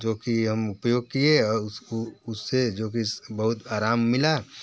जो कि हम उपयोग किए और अ उसको उसे जो कि बहुत अराम मिला